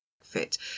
fit